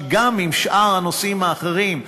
עם שאר הנושאים האחרים,